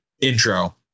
intro